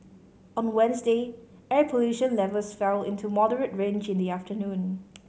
on Wednesday air pollution levels fell into moderate range in the afternoon